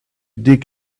dig